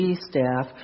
staff